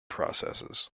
processes